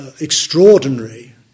extraordinary